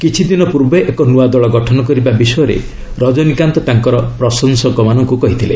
କିଛି ଦିନ ପୂର୍ବେ ଏକ ନୂଆ ଦଳ ଗଠନ କରିବା ବିଷୟରେ ରଜନୀକାନ୍ତ ତାଙ୍କର ପ୍ରଶଂସକମାନଙ୍କୁ କହିଥିଲେ